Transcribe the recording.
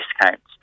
discounts